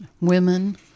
women